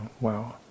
wow